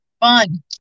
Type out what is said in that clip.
Fun